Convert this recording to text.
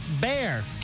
Bear